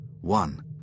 one